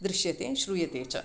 दृश्यते श्रूयते च